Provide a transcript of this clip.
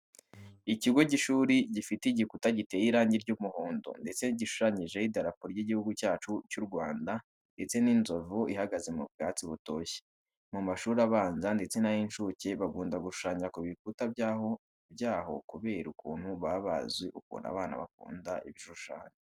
Ikigo cy'ishuri gifite igikuta giteye irangi ry'umuhondo ndetse gishushanyijeho idarapo ry'igihugu cyacu cy'u Rwanda ndetse n'inzovu ihagaze mu bwatsi butoshye. Mu mashuri abanza ndetse n'ay'inshuke bakunda gushushanya ku bikuta byaho kubera ukuntu baba bazi ukuntu abana bakunda ibishushanyo.